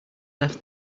left